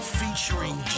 featuring